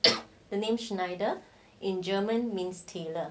the name schneider in german means tailor